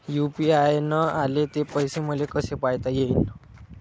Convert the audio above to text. UPI न आले ते पैसे मले कसे पायता येईन?